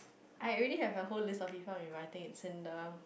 I already have a whole list of people rewrite it in the